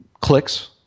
clicks